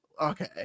okay